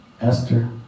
Esther